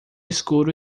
escuro